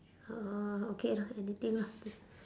uh okay lah anything lah